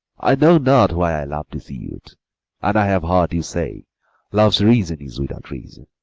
i know not why i love this youth, and i have heard you say love's reason's without reason.